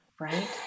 right